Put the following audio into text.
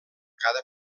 cada